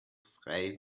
frei